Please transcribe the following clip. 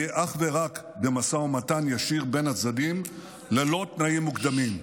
יהיה אך ורק במשא ומתן ישיר בין הצדדים ללא תנאים מוקדמים.